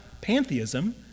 pantheism